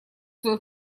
свой